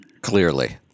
clearly